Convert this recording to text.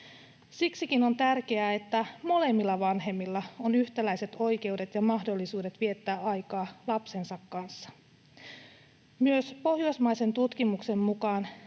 Siksikin on tärkeää, että molemmilla vanhemmilla on yhtäläiset oikeudet ja mahdollisuudet viettää aikaa lapsensa kanssa. Myös pohjoismaisen tutkimuksen mukaan